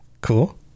Cool